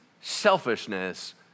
selfishness